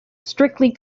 strictly